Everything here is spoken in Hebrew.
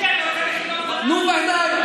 תגיד לי, אתה רוצה להגיד, נו, ודאי.